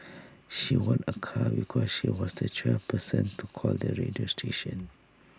she won A car because she was the twelfth person to call the radio station